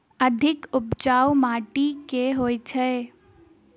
अधिक उपजाउ माटि केँ होइ छै?